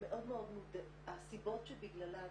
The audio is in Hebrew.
מאוד מאוד --- הסיבות שבגללן